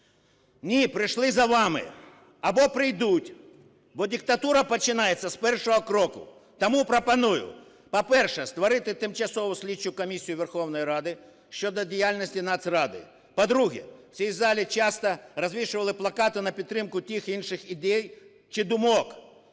Ні, прийшли за вами! Або прийдуть! Бо диктатура починається з першого кроку. Тому пропоную, по-перше, створити Тимчасову слідчу комісію Верховної Ради щодо діяльності Нацради. По-друге, в цій залі часто розвішували плакати на підтримку тих чи інших ідей чи думок.